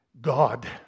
God